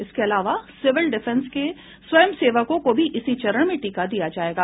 इसके अलावा civil defence के स्वयंसेवकों को भी इसी चरण में टीका दिया जायेगा